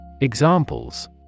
Examples